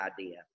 idea